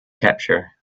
capture